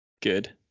Good